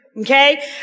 Okay